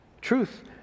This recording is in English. Truth